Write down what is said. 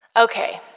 Okay